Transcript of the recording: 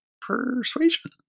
persuasion